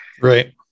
Right